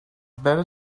better